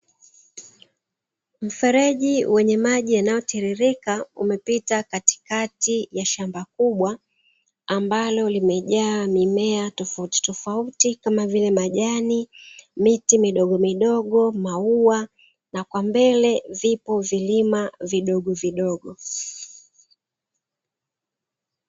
Mfereji wenye maji yanayotiririka umepita katikati ya shamba kubwa, ambalo limejaa mimea tofauti tofauti kama vile majani, miti midogo midogo, maua na kwa mbele vipo vilima vidogo vidogo.